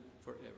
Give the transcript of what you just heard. forever